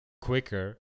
quicker